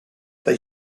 they